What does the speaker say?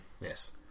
Yes